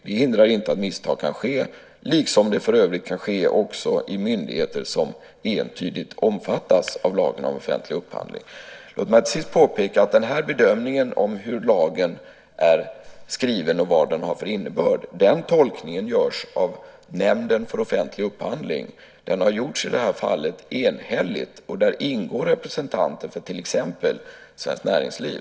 Det hindrar inte att misstag kan ske, liksom de för övrigt kan ske också i myndigheter som entydigt omfattas av lagen om offentlig upphandling. Låt mig till sist påpeka att denna tolkning av hur lagen är skriven och vad den har för innebörd görs av Nämnden för offentlig upphandling. Den har i det här fallet gjorts enhälligt. Där ingår representanter för till exempel Svenskt Näringsliv.